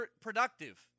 productive